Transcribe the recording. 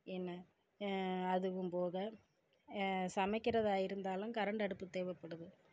என்ன அதுவும் போக சமைக்கிறதாக இருந்தாலும் கரண்ட் அடுப்பு தேவைப்படுது